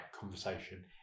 conversation